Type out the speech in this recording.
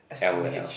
s_m_h